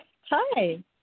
Hi